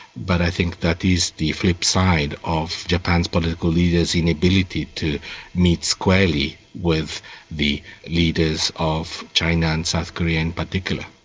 but i think that is the flipside of japan's political leaders' inability to meet squarely with the leaders of china and south korea in particular.